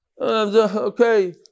okay